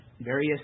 various